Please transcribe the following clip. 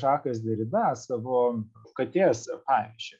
žakas derida katės pavyzdžiu